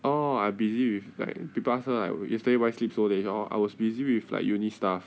oh I busy with like people ask her like why because like yesterday why sleep so late that oh I was busy with like uni stuff